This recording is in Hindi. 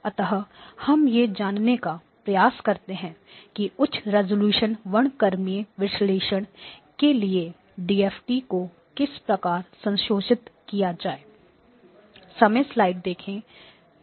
अतः हम यह जानने का प्रयास करते हैं कि उच्च रिज़ॉल्यूशन वर्णक्रमीय विश्लेषण के लिए डीएफटी को किस प्रकार संशोधित किया जाए